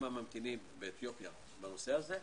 הממתינים באתיופיה בנושא הזה.